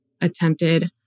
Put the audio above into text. attempted